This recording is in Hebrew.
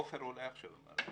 עופר עולה עכשיו בזום?